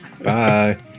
bye